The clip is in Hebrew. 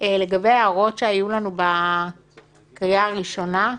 לגבי הערות שהיו לנו בקריאה הראשונה,